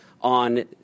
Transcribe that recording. on